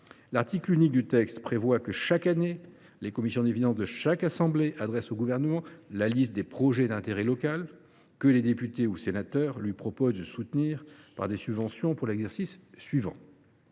L’article unique du texte prévoit que, chaque année, les commissions des finances des deux assemblées adressent au Gouvernement la liste des projets d’intérêt local que les députés et les sénateurs lui proposent de soutenir, par des subventions, lors de l’exercice budgétaire